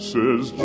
Says